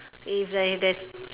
if they that